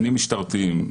פנים-משטרתיים,